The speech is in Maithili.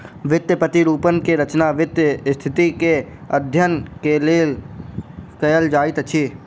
वित्तीय प्रतिरूपण के रचना वित्तीय स्थिति के अध्ययन के लेल कयल जाइत अछि